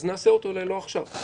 נעשה אותו אולי לא עכשיו.